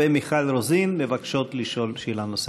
ומיכל רוזין מבקשות לשאול שאלה נוספת.